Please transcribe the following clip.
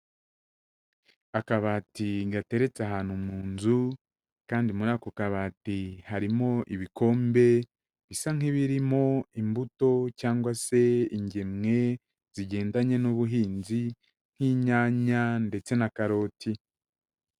Akabati gateretse ahantu mu nzu kandi muri ako kabati harimo ibikombe bisa nk'ibirimo imbuto cyangwa se ingemwe zigendanye n'ubuhinzi nk'inyanya ndetse na karoti.